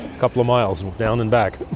couple of miles, down and back.